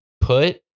put